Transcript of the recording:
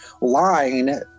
line